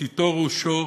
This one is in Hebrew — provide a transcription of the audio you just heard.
קריסטודולו שו,